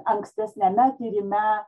ankstesniame tyrime